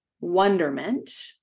wonderment